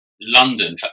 London